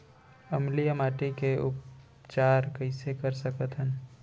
अम्लीय माटी के उपचार कइसे कर सकत हन?